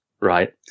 right